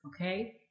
Okay